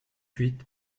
huit